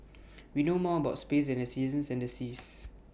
we know more about space than the seasons and the seas